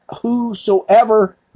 whosoever